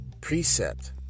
precept